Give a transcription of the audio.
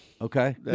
Okay